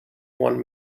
one